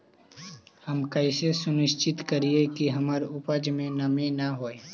हम कैसे सुनिश्चित करिअई कि हमर उपज में नमी न होय?